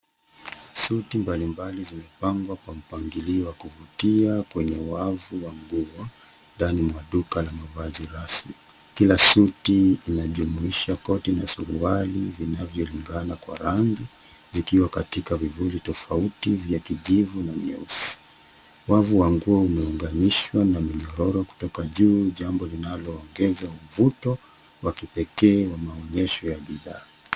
Suti mbalimbali zimepangwa kwa mpangilio wa kuvutia kwenye wavu wa nguo, ndani mwa duka la mavazi rasmi. Kila suti inajumuisha koti na suruali vinavyolingana kwa rangi, zikiwa katika vivuli tofauti vya kijivu na myeusi. Wavu wa nguo umeunganishwa na minyororo kutoka juu, jambo linaloongeza mvuto wa kipekee wa maonyesho ya bidhaa.